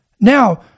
Now